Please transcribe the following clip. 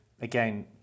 again